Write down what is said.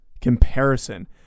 comparison